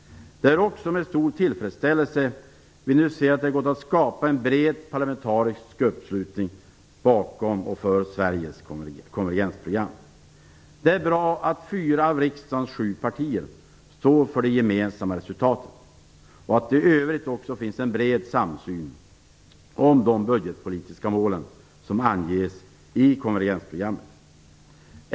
Det är också med stor tillfredsställelse vi nu ser att det gått att skapa en bred parlamentarisk uppslutning för Sveriges konvergensprogram. Det är bra att fyra av riksdagens sju partier står för det gemensamma resultatet och att det i övrigt också finns en bred samsyn om de budgetpolitiska målen som anges i konvergensprogrammet.